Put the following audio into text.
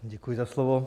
Děkuji za slovo.